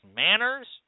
manners